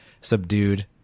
subdued